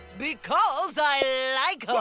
because i like